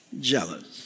jealous